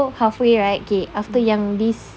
so halfway right K after yang this